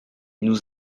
nous